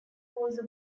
also